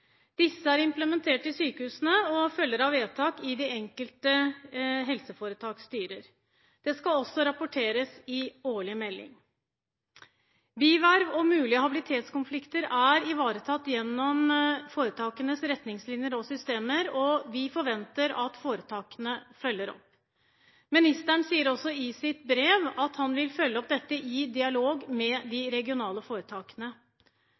Disse er implementert i sykehusene og følger av vedtak i de enkelte helseforetaks styrer. Det skal også rapporteres i årlig melding. Bierverv og mulige habilitetskonflikter er ivaretatt gjennom foretakenes retningslinjer og systemer, og vi forventer at foretakene følger opp. Ministeren sier også i sitt brev at han vil følge opp dette i dialogen med de regionale foretakene.